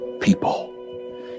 people